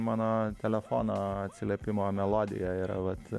mano telefono atsiliepimo melodija yra vat